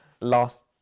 last